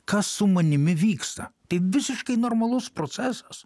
kas su manimi vyksta tai visiškai normalus procesas